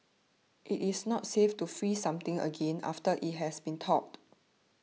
it is not safe to freeze something again after it has been thawed